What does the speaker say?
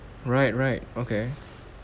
right right okay